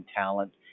talent